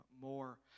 more